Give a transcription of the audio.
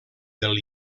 del